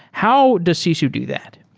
how does sisu do that?